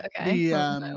Okay